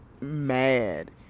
mad